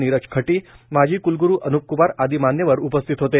नीरज खटीए माजी क्लग्रु अन्पक्मार आदी मान्यवर उपस्थित होते